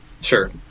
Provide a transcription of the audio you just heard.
Sure